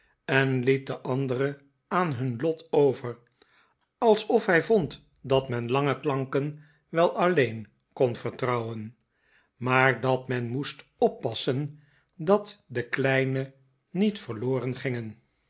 en liet de andere aan liun lot over alsof hij vond dat men lange klanken wel alleen kon vertrouwen maar dat men moest oppassen dat de kleine niet verloren gingen